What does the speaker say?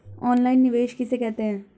Online निवेश किसे कहते हैं?